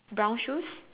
brown shoes